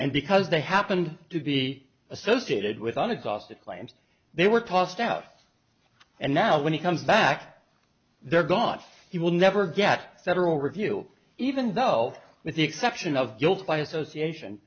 and because they happened to be associated with an exhausted claims they were tossed out and now when he comes back they're gone he will never get federal review even though with the exception of guilt by association